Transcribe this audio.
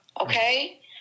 okay